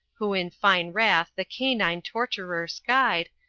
who in fine wrath the canine torturer skied,